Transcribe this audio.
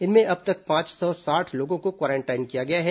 इनमें अब तक पांच सौ साठ लोगों को क्वारेंटाइन किया गया है